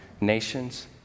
nations